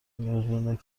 نیازمند